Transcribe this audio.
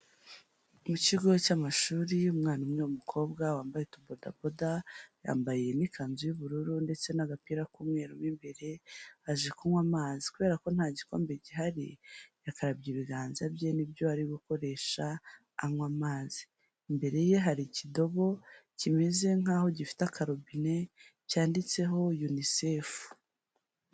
Mu kigo cy'amashuri, umwana umwe w'umukobwa wambaye utubodaboda, yambaye n'ikanzu y'ubururu ndetse n'agapira k'umweru mo imbere aje kunywa amazi, kubera ko nta gikombe gihari yakarabye ibiganza bye ni byo ari gukoresha anywa amazi, imbere ye hari ikidobo kimeze nk'aho gifite akarobine cyanditseho Unicef.